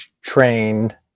trained